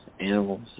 animals